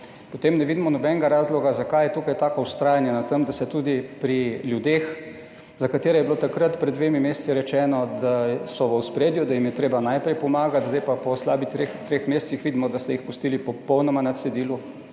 potem ne vidimo nobenega razloga zakaj je tukaj tako vztrajanje na tem, da se tudi pri ljudeh, za katere je bilo takrat pred dvemi meseci rečeno, da so v ospredju, da jim je treba najprej pomagati, zdaj pa po slabih treh mesecih vidimo, da ste jih pustili popolnoma na cedilu.